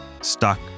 stuck